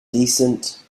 decent